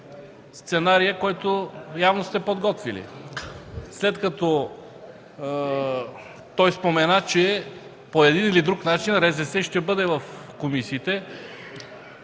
сценарий, който явно сте подготвили – след като той спомена, че по един или друг начин РЗС ще бъде в комисиите.